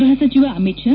ಗೃಹ ಸಚವ ಅಮಿತ್ ಶಾ